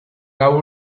lau